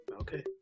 Okay